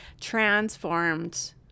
transformed